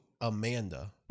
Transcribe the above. Amanda